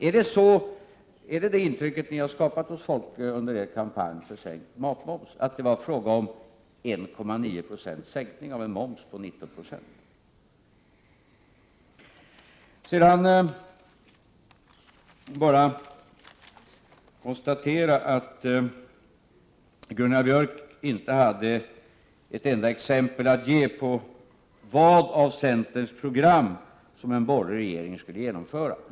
Är det detta intryck ni har skapat hos människor under er kampanj för sänkt matmoms, nämligen att det var fråga om 10 976 sänkning av en moms på 19 26? Jag vill bara konstatera att Gunnar Björk inte hade ett enda exempel att ge på vilka delar av centerns program som en borgerlig regering skulle genomföra.